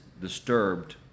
disturbed